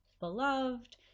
beloved